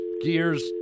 gears